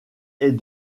est